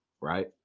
right